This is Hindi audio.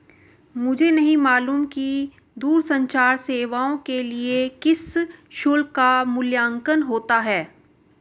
मुझे नहीं मालूम कि दूरसंचार सेवाओं के लिए किस शुल्क का मूल्यांकन होता है?